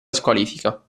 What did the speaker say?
squalifica